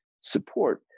support